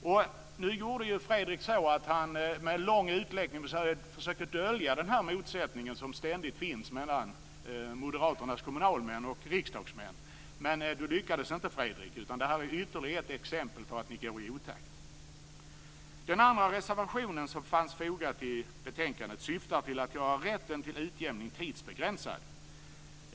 Fredrik Reinfeldt försökte med en lång utläggning dölja den motsättning som ständigt finns mellan moderaternas kommunalmän och riksdagsmän. Men han lyckades inte. Detta är ytterligare ett exempel på att ni går i otakt. Den andra reservationen som är fogad till betänkandet syftar till att göra rätten till utjämning tidsbegränsad.